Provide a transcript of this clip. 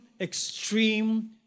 extreme